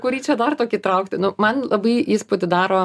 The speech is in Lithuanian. kurį čia dar tokį traukti nu man labai įspūdį daro